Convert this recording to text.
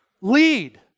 Lead